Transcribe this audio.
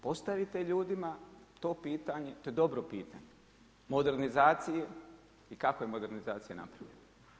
Postavite ljudima to pitanje, to je dobro pitanje, modernizacije i kako je modernizacija napravljena.